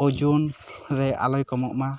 ᱳᱡᱚᱱ ᱨᱮ ᱟᱞᱚᱭ ᱠᱚᱢᱚᱜ ᱢᱟ